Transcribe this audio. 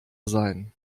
sein